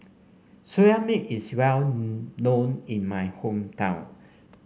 Soya Milk is well known in my hometown